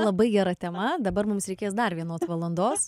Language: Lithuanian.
labai gera tema dabar mums reikės dar vienos valandos